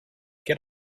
get